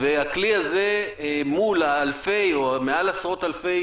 והכלי הזה מול אלפי או מעל עשרות אלפים,